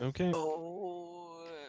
Okay